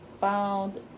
found